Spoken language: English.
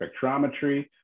spectrometry